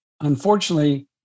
unfortunately